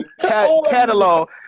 catalog